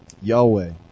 Yahweh